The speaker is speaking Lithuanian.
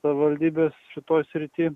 savivaldybės šitoj srity